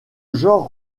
genre